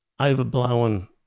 overblown